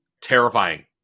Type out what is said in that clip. Terrifying